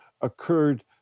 occurred